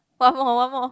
one more one more